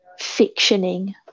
fictioning